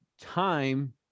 time